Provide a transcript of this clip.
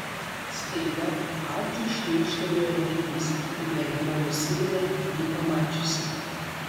staiga arčiui šmėkštelėjo reginys kaip mergina nusivilia jį pamačiusi